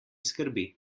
skrbi